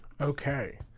Okay